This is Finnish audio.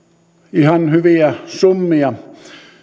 ihan hyviä summia